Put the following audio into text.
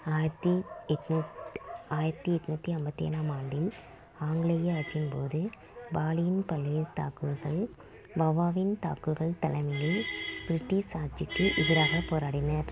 ஆயிரத்தி எட்னுத் ஆயிரத்தி எட்ணூத்தி ஐம்பத்தி ஏழாம் ஆண்டின் ஆங்கிலேய ஆட்சியின்போது பாலியின் பல்வேறு தாக்கூர்கள் வவாவின் தாக்கூர்கள் தலைமையில் பிரிட்டிஷ் ஆட்சிக்கு எதிராகப் போராடினர்